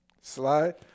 Slide